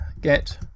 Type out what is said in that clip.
Get